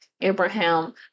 Abraham